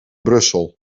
brussel